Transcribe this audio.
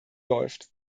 läuft